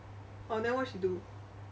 oh then what she do